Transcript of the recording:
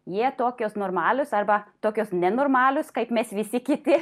jie tokios normalios arba tokios nenormalios kaip mes visi kiti